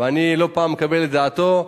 ואני לא פעם מקבל את דעתו,